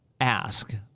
ask